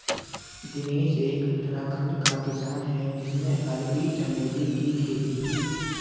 दिनेश एक उत्तराखंड का किसान है जिसने अरबी चमेली की खेती की